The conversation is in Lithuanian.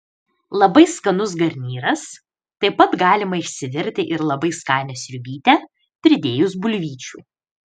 labai skanus garnyras taip pat galima išsivirti ir labai skanią sriubytę pridėjus bulvyčių